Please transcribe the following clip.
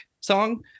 song